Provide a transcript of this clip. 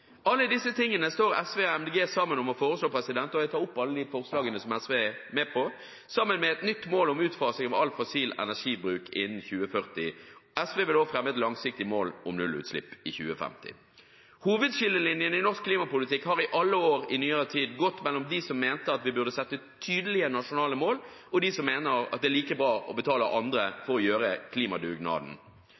Alle disse tingene står SV og Miljøpartiet De Grønne sammen om å foreslå – og jeg tar opp alle de forslagene som SV er med på – sammen med et nytt mål om utfasing av all fossil energibruk innen 2040. SV vil også fremme et langsiktig mål om nullutslipp i 2050. Hovedskillelinjene i norsk klimapolitikk har i alle år i nyere tid gått mellom dem som mener at vi burde sette tydelige nasjonale mål, og dem som mener at det er like bra å betale andre for å gjøre klimadugnaden.